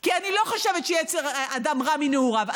כי אני לא חושבת שיצר האדם רע מנעוריו,